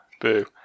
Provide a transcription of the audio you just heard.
boo